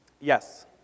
Yes